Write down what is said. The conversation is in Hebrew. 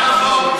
לא נכון,